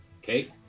Okay